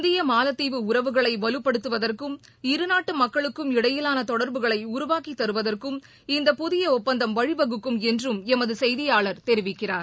இந்திய மாலத்தீவு உறவுகளை வலுப்படுத்துவதற்கும் இருநாட்டு மக்களுக்கும் இடையிலான தொடர்புகளை உருவாக்கித் தருவதற்கும் இந்த புதிய ஒப்பந்தம் வழிவகுக்கும் என்றும் எமது செய்தியாளர் தெரிவிக்கிறார்